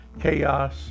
chaos